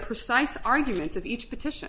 precise arguments of each petition